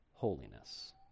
holiness